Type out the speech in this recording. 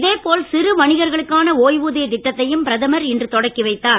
இதேபோல் சிறு வணிகர்களுக்கான பதிவு ஒய்வூதியத் திட்டத்தையும் பிரதமர் இன்று தொடங்கிவைத்தார்